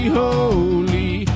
holy